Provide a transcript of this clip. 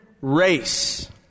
race